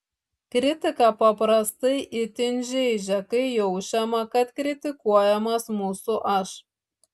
kritika paprastai itin žeidžia kai jaučiama kad kritikuojamas mūsų aš